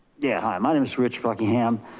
yeah, my name is rich buckingham.